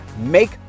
Make